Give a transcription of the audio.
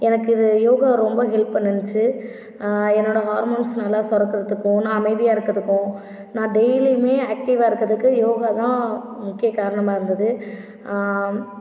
எனக்கு இது யோகா ரொம்ப ஹெல்ப் பண்ணுச்சு என்னோடய ஹார்மோன்ஸ் நல்லா சுரக்கிறதுக்கும் நான் அமைதியாக இருக்கிறதுக்கு நான் டெய்லேயுமே ஆக்டிவ்வாக இருக்கிறதுக்கு யோகா தான் முக்கிய காரணமாக இருந்தது